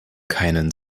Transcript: keinen